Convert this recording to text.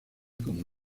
como